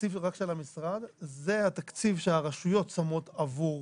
התקציב רק של המשרד זה התקציב שהרשויות שמות עבור